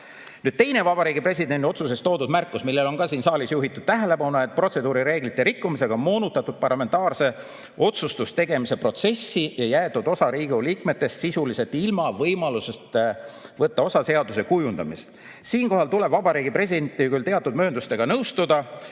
Nüüd, teine Vabariigi Presidendi otsuses toodud märkus, millele on ka siin saalis juhitud tähelepanu, et protseduurireeglite rikkumisega on moonutatud parlamentaarse otsustuse tegemise protsessi ja jäetud osa Riigikogu liikmetest sisuliselt ilma võimalusest võtta osa seaduse kujundamisest. Siinkohal tuleb Vabariigi Presidendiga küll teatud mööndustega nõustuda.